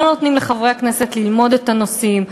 לא נותנים לחברי הכנסת ללמוד את הנושאים.